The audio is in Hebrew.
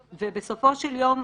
ובסופו של יום,